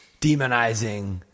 demonizing